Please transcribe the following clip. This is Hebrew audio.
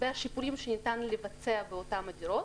והשיפורים שניתן לבצע באותן דירות.